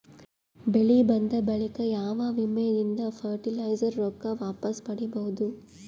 ಬೆಳಿ ಬಂದ ಬಳಿಕ ಯಾವ ವಿಮಾ ದಿಂದ ಫರಟಿಲೈಜರ ರೊಕ್ಕ ವಾಪಸ್ ಪಡಿಬಹುದು?